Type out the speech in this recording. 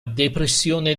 depressione